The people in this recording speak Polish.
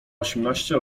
osiemnaście